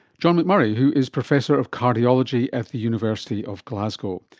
john mcmurray, who is professor of cardiology at the university of glasgow.